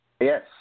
Yes